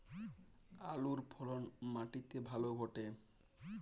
আলুর ফলন মাটি তে ভালো ঘটে?